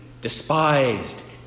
despised